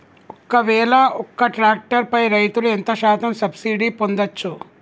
ఒక్కవేల ఒక్క ట్రాక్టర్ పై రైతులు ఎంత శాతం సబ్సిడీ పొందచ్చు?